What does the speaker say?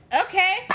okay